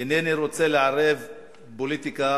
אינני רוצה לערב פוליטיקה